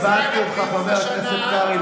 הבנתי אותך, חבר הכנסת קרעי.